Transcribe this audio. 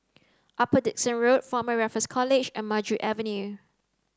Upper Dickson Road Former Raffles College and Maju Avenue